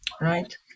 right